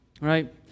right